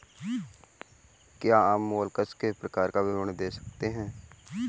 क्या आप मोलस्क के प्रकार का विवरण दे सकते हैं?